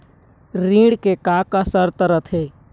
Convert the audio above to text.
ऋण के का का शर्त रथे?